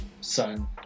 son